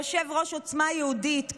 יושב-ראש עוצמה יהודית,